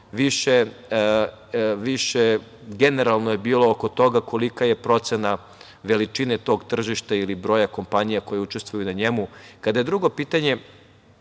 više generalno bilo oko toga kolika je procena veličine tog tržišta ili broja kompanija koje učestvuju na njemu.U vezi drugog pitanja,